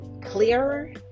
clearer